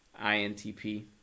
INTP